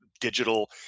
digital